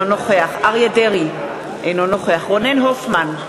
אינו נוכח אריה דרעי, אינו נוכח רונן הופמן,